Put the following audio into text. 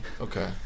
Okay